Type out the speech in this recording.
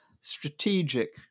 strategic